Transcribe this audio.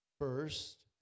first